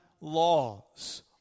laws